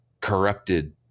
corrupted